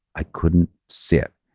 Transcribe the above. i couldn't sit.